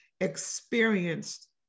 experienced